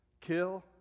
kill